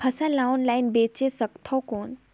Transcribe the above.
फसल ला ऑनलाइन बेचे सकथव कौन?